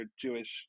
Jewish